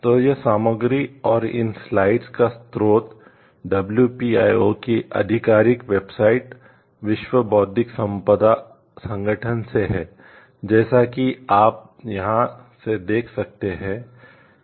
तो यह सामग्री और इन स्लाइड्स का स्रोत WPIO की आधिकारिक वेबसाइट विश्व बौद्धिक संपदा संगठन से है जैसा कि आप यहां से देख सकते हैं